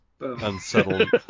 unsettled